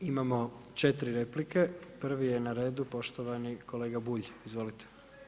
Imamo 4 replike, prvi je na redu poštovani kolega Bulj, izvolite.